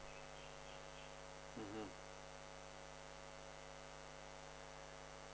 mmhmm